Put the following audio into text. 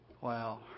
Wow